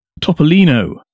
Topolino